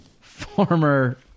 former